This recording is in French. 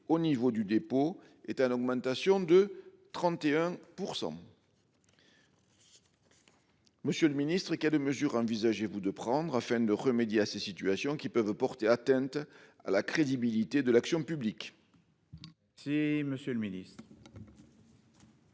au niveau du dépôt est en augmentation de 31%. Monsieur le Ministre, quelles mesures envisagez-vous de prendre afin de remédier à ces situations qui peuvent porter atteinte à la crédibilité de l'action publique. Tu. Monsieur le Ministre.